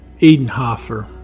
Edenhofer